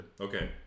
Okay